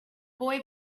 boy